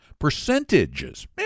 percentages